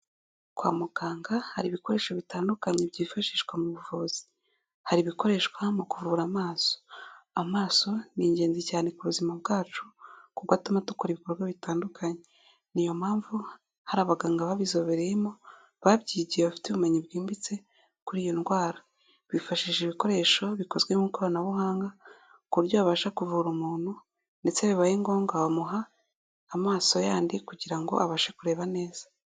Kwa muganga hari ibikoresho bitandukanye byifashishwa mu buvuzi. Hari ibikoreshwa mu kuvura amaso. Amaso ni ingenzi cyane ku buzima bwacu kuko atuma dukora ibikorwa bitandukanye. Ni iyo mpamvu hari abaganga babizobereyemo, babyigiye bafite ubumenyi bwimbitse kuri iyo ndwara. Bifashisha ibikoresho bikozwe mu ikoranabuhanga ku buryo babasha kuvura umuntu ndetse iyo bibaye ngombwa bamuha amaso yandi kugira ngo abashe kureba neza.